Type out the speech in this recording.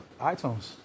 iTunes